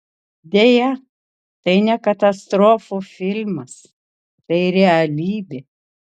deja tai ne katastrofų filmas tai realybė